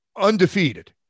undefeated